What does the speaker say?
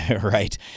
Right